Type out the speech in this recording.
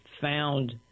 found